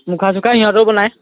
মুখা চুখা সিহঁতেও বনাই